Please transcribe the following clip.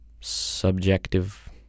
subjective